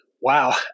wow